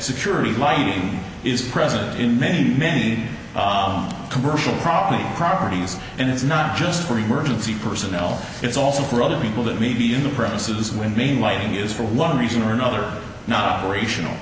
security lighting is present in many many commercial property properties and it's not just for emergency personnel it's also for other people that may be in the premises and mainlining is for one reason or another not operational